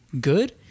good